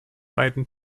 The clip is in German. beiden